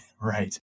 Right